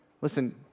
Listen